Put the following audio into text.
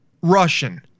russian